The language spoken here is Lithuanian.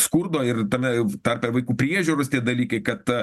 skurdo ir tame tarpe vaikų priežiūros tie dalykai kad